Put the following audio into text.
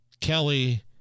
Kelly